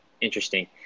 interesting